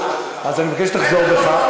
אז אני מבקש שתחזור בך.